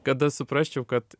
kad aš suprasčiau kad